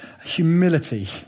humility